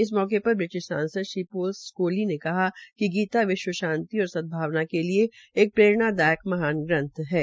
इस मौके पर ब्रिटिश सांसद श्री पोल्स स्कोली ने कहा कि गीता विश्व शांति और सदभावना के लिये एक प्ररेणादायक महान ग्रंथहै